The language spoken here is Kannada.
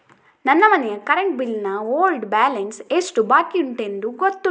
ನನ್ನ ಮನೆಯ ಕರೆಂಟ್ ಬಿಲ್ ನ ಓಲ್ಡ್ ಬ್ಯಾಲೆನ್ಸ್ ಎಷ್ಟು ಬಾಕಿಯುಂಟೆಂದು ಗೊತ್ತುಂಟ?